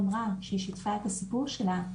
ששיתפה את הסיפור שלה,